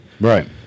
right